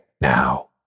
now